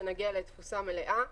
כשנגיע לתפוסה מלאה,